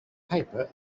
paper